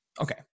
Okay